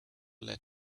let